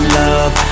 love